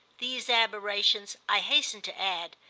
these aberrations, i hasten to add,